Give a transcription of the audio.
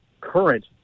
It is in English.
current